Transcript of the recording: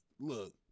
look